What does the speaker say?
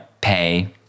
pay –